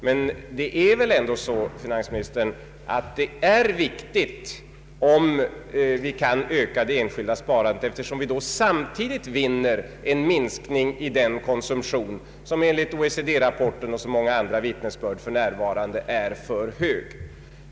Men det är väl ändå så, finansministern, att det är viktigt om vi kan öka det enskilda sparandet, eftersom vi då samtidigt vinner en minskning i den konsumtion som enligt OECD-rapporten och många andra vittnesbörd för närvarande är för hög.